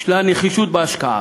של הנחישות בהשקעה.